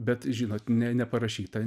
bet žinot ne neparašyta